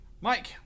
Mike